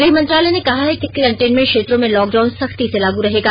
गृह मंत्रालय ने कहा है कि कंटनेमेंट क्षेत्रों में लॉकडाउन सख्ती से लागू रहेगा